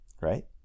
right